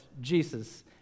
Jesus